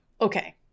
Okay